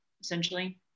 essentially